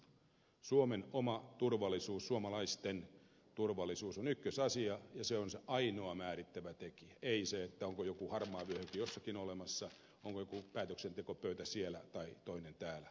suomen oma turvallisuus suomalaisten turvallisuus on ykkösasia ja se on se ainoa määrittävä tekijä ei se onko joku harmaa vyöhyke jossakin olemassa onko joku päätöksentekopöytä siellä tai toinen täällä